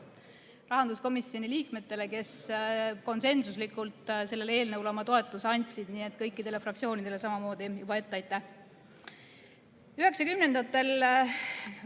rahanduskomisjoni liikmetele, kes konsensuslikult sellele eelnõule oma toetuse andsid. Nii et kõikidele fraktsioonidele samamoodi juba ette